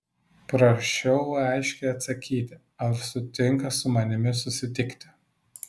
prašiau aiškiai atsakyti ar sutinka su manimi susitikti